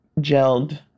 gelled